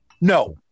no